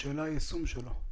האלה היא לגבי היישום שלו.